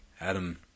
Adam